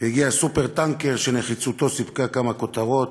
הגיע "סופר-טנקר" שנחיצותו סיפקה כמה כותרות,